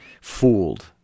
fooled